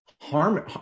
harm